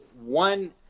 One